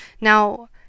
Now